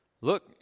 Look